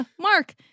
Mark